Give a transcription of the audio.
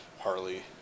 Harley